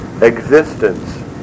existence